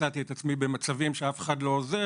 ובהחלט מצאתי את עצמי במצבים שאף אחד לא עוזר,